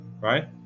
right